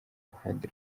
ruhande